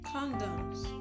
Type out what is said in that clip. Condoms